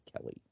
Kelly